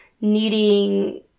needing